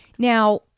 Now